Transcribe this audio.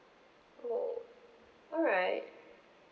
oh alright